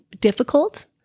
difficult